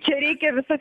čia reikia visas